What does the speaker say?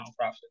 nonprofit